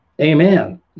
amen